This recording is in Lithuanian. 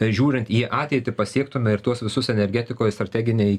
žiūrint į ateitį pasiektume ir tuos visus energetikoj strateginėj